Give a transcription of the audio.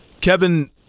Kevin